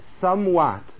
somewhat